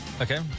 Okay